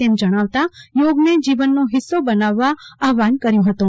તેમ જણાંવતા યોગને જીવનનો હિસ્સો બનાવવા તેમણે આહવાન કર્યું હતું